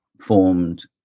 formed